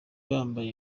bambaye